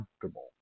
comfortable